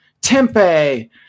Tempe